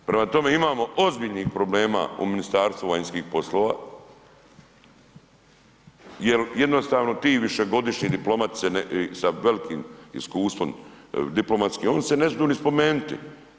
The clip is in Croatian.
Prema tome, imamo ozbiljnih problema u Ministarstvu vanjskih poslova jer jednostavno ti višegodišnji diplomati se ne, sa velikim iskustvom diplomatskim oni se nesmidu ni spomenuti.